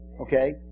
Okay